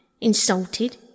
Insulted